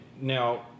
Now